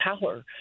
power